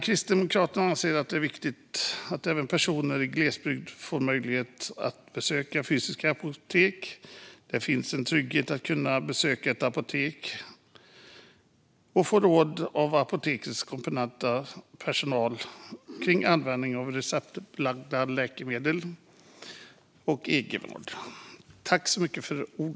Kristdemokraterna anser också att det är viktigt att även personer i glesbygden får möjlighet att besöka ett fysiskt apotek. Det finns en trygghet i att besöka ett apotek och få råd av apotekets kompetenta personal om användningen av receptbelagda läkemedel och om egenvård.